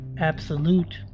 Absolute